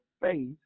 faith